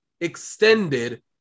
extended